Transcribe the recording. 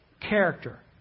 character